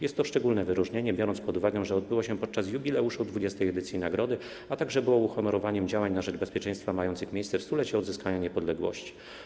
Jest to szczególne wyróżnienie, biorąc pod uwagę, że odbyło się podczas jubileuszu 20. edycji nagrody, także było uhonorowaniem działań na rzecz bezpieczeństwa mających miejsce w 100-lecie odzyskania niepodległości.